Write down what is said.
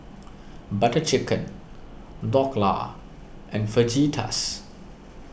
Butter Chicken Dhokla and Fajitas